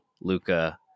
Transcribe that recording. Luca